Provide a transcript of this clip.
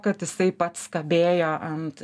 kad jisai pats kabėjo ant